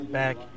back